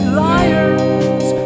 liars